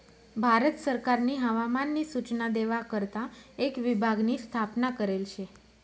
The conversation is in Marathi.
भारत सरकारनी हवामान नी सूचना देवा करता एक विभाग नी स्थापना करेल शे